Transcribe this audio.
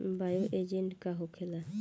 Bio agent का होखेला?